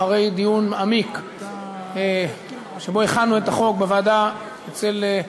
אחרי דיון מעמיק שבו הכנו את החוק בוועדת חוקה